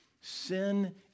Sin